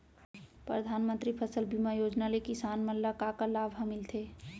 परधानमंतरी फसल बीमा योजना ले किसान मन ला का का लाभ ह मिलथे?